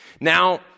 Now